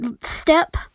Step